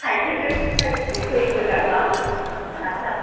साइकेलजों सालायनानै फै गोजानबाबो थाब थाब